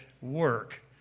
work